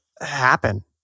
happen